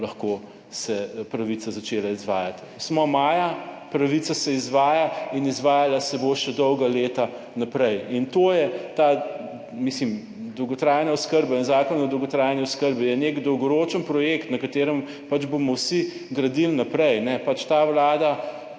lahko se pravica začela izvajati. Smo maja, pravica se izvaja in izvajala se bo še dolga leta naprej. In to je ta, mislim, dolgotrajna oskrba in Zakon o dolgotrajni oskrbi je nek dolgoročen projekt, na katerem pač bomo vsi gradili naprej, pač ta vlada,